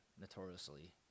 notoriously